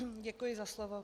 Děkuji za slovo.